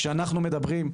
כשאנחנו מדברים,